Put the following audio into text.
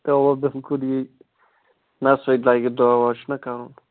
نہ سُہ تہِ لگہِ دۄہ وۄہ چھُنہ کَرُن